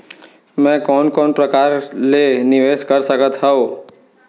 मैं कोन कोन प्रकार ले निवेश कर सकत हओं?